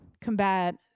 combat